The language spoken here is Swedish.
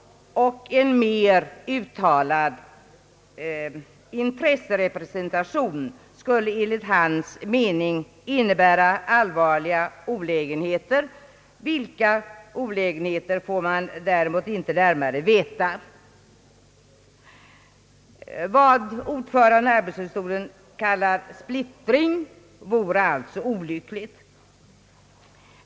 En mer uttalad intresserepresentation skulle enligt hans mening innebära allvarliga olägenheter. Vilka får man däremot inte närmare veta. Vad arbetsdomstolens ordförande kallar splittring, vore alltså olyckligt.